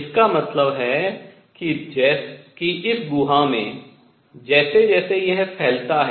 इसका मतलब है कि इस गुहा में जैसे जैसे यह फैलता है